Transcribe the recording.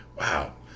wow